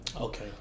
Okay